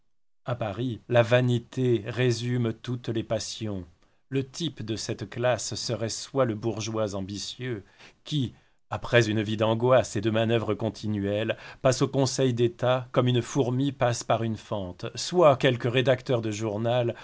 à paris la vanité résume toutes les passions le type de cette classe serait soit le bourgeois ambitieux qui après une vie d'angoisses et de manœuvres continuelles passe au conseil-d'état comme une fourmi passe par une fente soit quelque rédacteur de journal